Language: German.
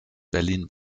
berlin